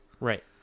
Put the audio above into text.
Right